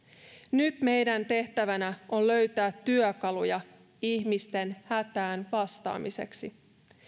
nyt meidän tehtävänämme on löytää työkaluja ihmisten hätään vastaamiseksi